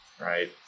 right